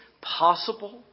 possible